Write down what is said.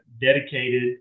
dedicated